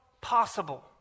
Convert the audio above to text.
possible